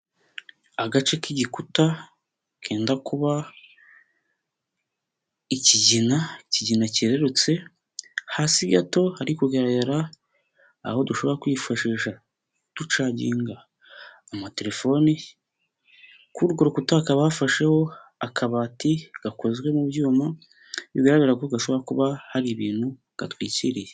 Agace k'igikuta kenda kuba ikigina, ikigina cyerurutse, hasi gato hari kugaragara aho dushobora kwifashisha ducaginga amatelefone, kuri urwo rukuta hakaba hafasheho akabati gakozwe mu byuma bigaragara ko gashobora kuba hari ibintu gatwikiriye.